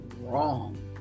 wrong